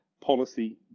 policy